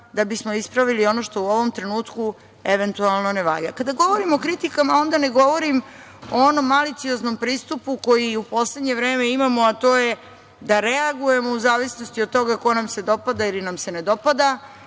da bismo ispravili ono što u ovom trenutku eventualno ne valja. Kada govorimo o kritikama, onda ne govorim o onom malicioznom pristupu koji u poslednje vreme imamo, a to je da reagujemo u zavisnosti od toga ko nam se dopada ili nam se ne dopada,